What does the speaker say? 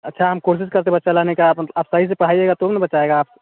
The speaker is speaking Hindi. अच्छा हम कोशिश करते हैं बच्चा लाने का आप आप सही से पढ़ाईगा तो ही ना बच्चा आएगा आप